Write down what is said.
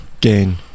gain